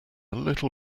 little